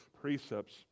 precepts